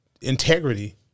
integrity